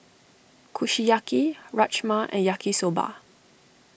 Kushiyaki Rajma and Yaki Soba